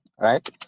right